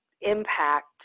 impact